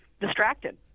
distracted